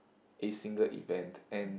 a single event and